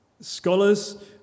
scholars